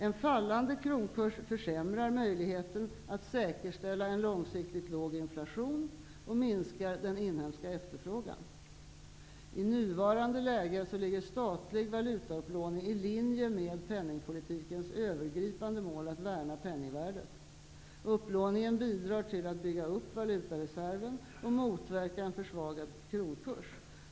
En fallande kronkurs försämrar möjligheterna att säkerställa en långsiktigt låg inflation och minskar den inhemska efterfrågan. I nuvarande läge ligger statlig valutaupplåning i linje med penningpolitikens övergripande mål att värna om penningvärdet. Upplåningen bidrar till att bygga upp valutareserven och motverka en försvagad kronkurs.